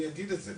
אני אגיד את זה,